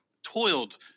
toiled